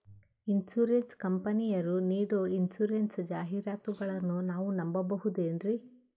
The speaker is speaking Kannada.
ಇನ್ಸೂರೆನ್ಸ್ ಕಂಪನಿಯರು ನೀಡೋ ಇನ್ಸೂರೆನ್ಸ್ ಜಾಹಿರಾತುಗಳನ್ನು ನಾವು ನಂಬಹುದೇನ್ರಿ?